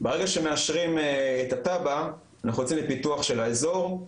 ברגע שמאשרים את התב"ע אנחנו יוצאים לפיתוח של האזור,